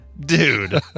dude